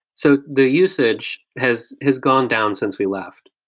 so the usage has has gone down since we left.